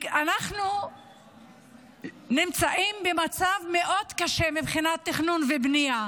אנחנו נמצאים במצב מאוד קשה מבחינת תכנון ובנייה,